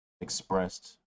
expressed